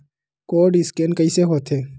Code scan कइसे होथे?